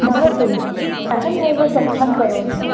भवतु अहमेव स्वच्छं करोमि